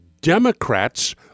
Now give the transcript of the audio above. Democrats